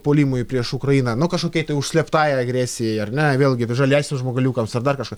puolimui prieš ukrainą nu kažkokiai tai užslėptai agresijai ar ne vėlgi žaliesiems žmogeliukams ar dar kažką